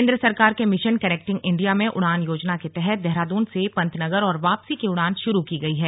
केंद्र सरकार के मिशन कनेक्टिंग इंडिया में उड़ान योजना के तहत देहरादून से पंतनगर और वापसी की उड़ान शुरू की गई है